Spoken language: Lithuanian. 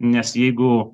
nes jeigu